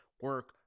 Work